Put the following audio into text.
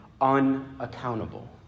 Unaccountable